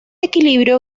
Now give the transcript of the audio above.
equilibrio